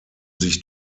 sich